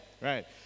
right